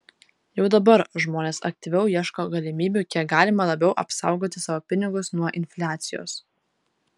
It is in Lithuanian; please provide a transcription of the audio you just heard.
jau dabar žmonės aktyviau ieško galimybių kiek galima labiau apsaugoti savo pinigus nuo infliacijos